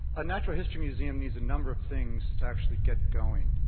a natural history museum needs a number of things to actually get going.